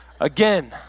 Again